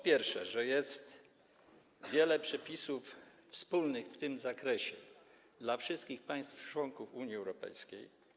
Przede wszystkim jest wiele przepisów wspólnych w tym zakresie dla wszystkich państw członków Unii Europejskiej.